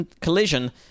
collision